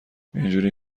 اینجوری